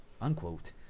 unquote